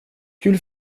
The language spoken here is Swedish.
kul